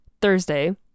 Thursday